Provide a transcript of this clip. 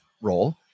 role